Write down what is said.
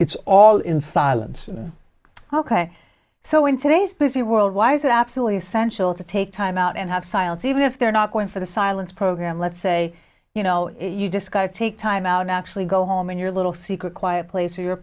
it's all in silence ok so in today's busy world why is it absolutely essential to take time out and have silence even if they're not going for the silence program let's say you know you discuss take time out actually go home in your little secret quiet place or your